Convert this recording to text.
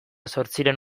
zortziehun